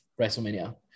Wrestlemania